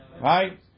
right